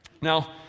Now